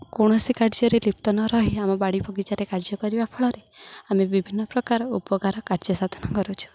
କୌଣସି କାର୍ଯ୍ୟରେ ଲିପ୍ତ ନ ରହି ଆମ ବାଡ଼ି ବଗିଚାରେ କାର୍ଯ୍ୟ କରିବା ଫଳରେ ଆମେ ବିଭିନ୍ନପ୍ରକାର ଉପକାର କାର୍ଯ୍ୟସାଧନ କରୁଛୁ